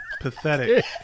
pathetic